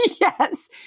Yes